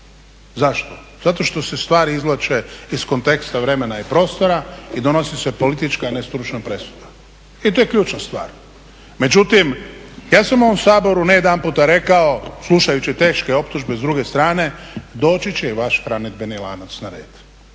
Zašto? Zato što se stvari izvlače iz konteksta vremena i prostora i donosi se politička a ne stručna presuda i to je ključna stvar. Međutim ja sam u ovom Saboru ne jedanputa rekao slušajući teške optužbe s druge strane, doći će i vaš hranidbeni lanac na red.